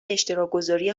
اشتراکگذاری